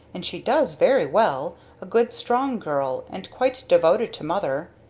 and she does very well a good strong girl, and quite devoted to mother.